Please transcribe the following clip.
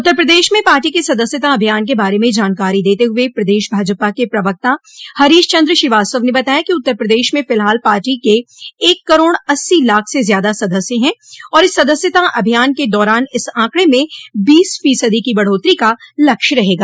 उत्तर प्रदेश में पार्टी के सदस्यता अभियान के बारे में जानकारी देते हुए प्रदेश भाजपा के प्रवक्ता हरीश चन्द्र श्रीवास्तव ने बताया कि उत्तर प्रदेश में फिलहाल पार्टी के एक करोड़ अस्सी लाख से ज्यादा सदस्य हैं और इस सदस्यता अभियान के दौरान इस ऑकड़े में बीस फीसदी की बढ़ोत्तरी का लक्ष्य रहेगा